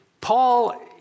Paul